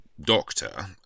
doctor